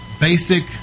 basic